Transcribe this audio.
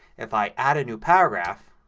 if i add a new paragraph